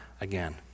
again